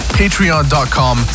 patreon.com